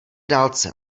dálce